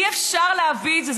אי-אפשר להביא את זה.